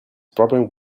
problems